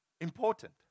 important